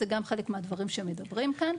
זה גם חלק מהדברים שמדברים כאן.